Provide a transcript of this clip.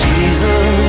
Jesus